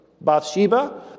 Bathsheba